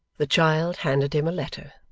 the child handed him a letter.